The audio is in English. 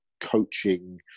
coaching